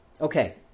Okay